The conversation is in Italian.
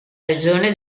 regione